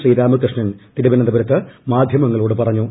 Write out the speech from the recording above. ശ്രീരാമകൃഷ്ണൻ തിരുവനന്തപുരത്ത് മാധ്യമങ്ങളോട് പറഞ്ഞു